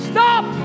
stop